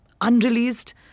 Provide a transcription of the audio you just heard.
unreleased